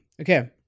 Okay